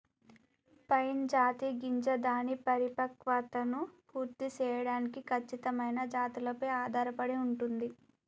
pine జాతి గింజ దాని పరిపక్వతను పూర్తి సేయడానికి ఖచ్చితమైన జాతులపై ఆధారపడి ఉంటుంది